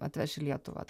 atveš į lietuvą